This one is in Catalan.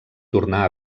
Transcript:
tornà